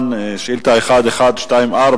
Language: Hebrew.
שאילתא מס' 1124,